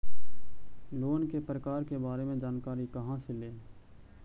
Loan के प्रकार के बारे मे जानकारी कहा से ले?